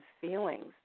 feelings